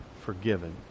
forgiven